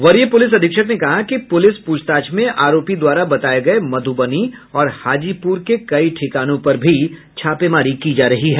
वरीय पुलिस अधीक्षक ने कहा कि पुलिस पूछताछ में आरोपी द्वारा बताये गये मधुबनी और हाजीपुर के कई ठिकानों पर भी छापेमारी की जा रही है